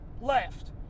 left